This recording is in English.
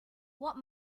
what